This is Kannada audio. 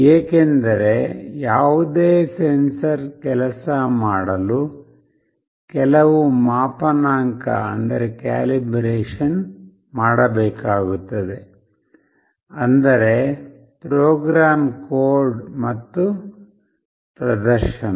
ಏಕೆಂದರೆ ಯಾವುದೇ ಸೆನ್ಸರ್ ಕೆಲಸ ಮಾಡಲು ಕೆಲವು ಮಾಪನಾಂಕ ಮಾಡಬೇಕಾಗುತ್ತದೆಅಂದರೆ ಪ್ರೋಗ್ರಾಮ್ ಕೋಡ್ ಮತ್ತು ಪ್ರದರ್ಶನ